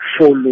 follow